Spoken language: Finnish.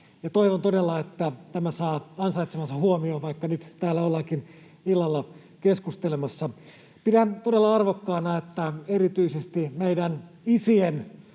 toivon todella, että tämä saa ansaitsemansa huomion, vaikka nyt täällä ollaankin illalla keskustelemassa. Pidän todella arvokkaana, että erityisesti meidän isien